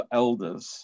elders